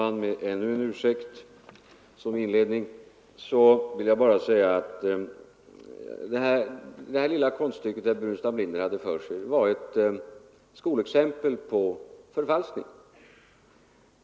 Herr talman! Med ännu en ursäkt som inledning vill jag bara säga att det här lilla konststycket som herr Burenstam Linder utförde är ett skolexempel på förfalskning.